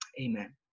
amen